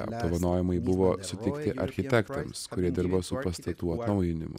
apdovanojimai buvo suteikti architektams kurie dirba su pastatų atnaujinimu